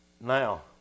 Now